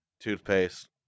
toothpaste